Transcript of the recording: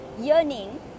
yearning